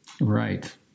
Right